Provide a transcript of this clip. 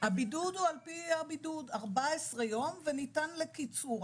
הבידוד הוא על פי הבידוד, 14 יום וניתן לקיצור.